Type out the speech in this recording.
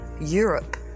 Europe